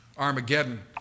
Armageddon